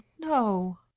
no